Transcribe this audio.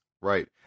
Right